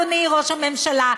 אדוני ראש הממשלה,